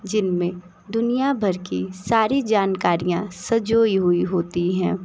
जिनमें दुनियाभर की सारी जानकारियां संजोई हुई होती हैं